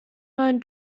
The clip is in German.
neuen